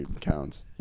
counts